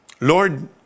Lord